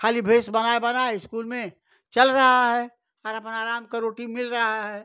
खाली भेस बना बना इस्कूल में चल रहा है और अपन आराम का रोटी मिल रहा है